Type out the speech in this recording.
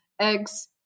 eggs